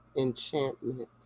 enchantment